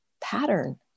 pattern